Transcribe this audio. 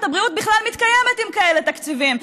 הבריאות בכלל מתקיימת עם כאלה תקציבים,